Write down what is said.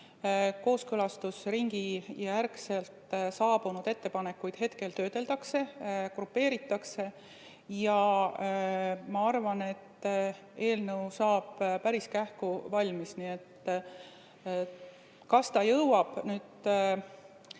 Kooskõlastusringi järel saabunud ettepanekuid hetkel töödeldakse, grupeeritakse ja ma arvan, et eelnõu saab päris kähku valmis. Kas see jõuab